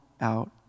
out